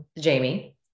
Jamie